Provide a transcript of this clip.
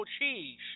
cheese